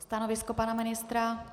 Stanovisko pana ministra?